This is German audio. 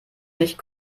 nicht